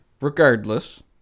Regardless